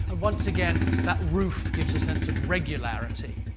ah once again, that roof gives a sense of regularity.